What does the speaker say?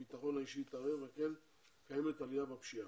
הביטחון האישי התערער וכן קיימת עלייה בפשיעה.